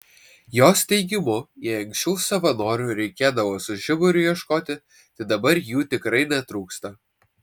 jos teigimu jei anksčiau savanorių reikėdavo su žiburiu ieškoti tai dabar jų tikrai netrūksta